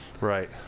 Right